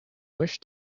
wish